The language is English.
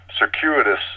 circuitous